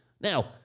Now